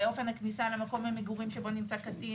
אופן הכניסה למקום מגורים שבו נמצא קטין,